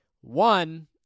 One